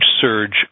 surge